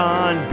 on